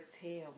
tail